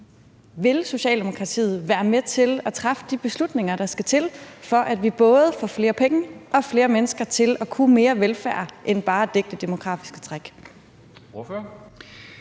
Vil Socialdemokratiet være med til at træffe de beslutninger, der skal til, for at vi både får flere penge og flere mennesker til at kunne mere velfærd end bare at dække det demografiske træk? Kl.